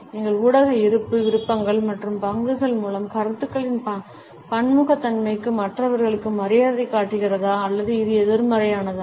எங்கள் ஊடக இருப்பு விருப்பங்கள் மற்றும் பங்குகள் மூலம் கருத்துக்களின் பன்முகத்தன்மைக்கு மற்றவர்களுக்கு மரியாதை காட்டுகிறதா அல்லது இது எதிர்மறையானதா